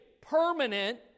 permanent